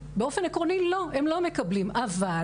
באופן עקרוני הם לא מקבלים כי אלומה זה לא מקלט,